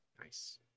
Nice